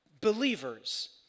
believers